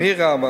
Humira,